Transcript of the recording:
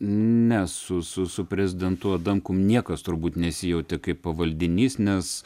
ne su su su prezidentu adamkum niekas turbūt nesijautė kaip pavaldinys nes